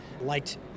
liked